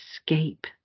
escape